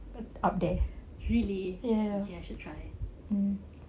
really okay I should try